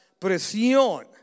presión